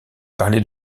parlait